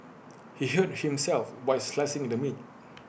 he hurt himself while slicing the meat